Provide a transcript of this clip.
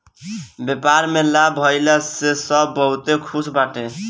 व्यापार में लाभ भइला से सब बहुते खुश बाटे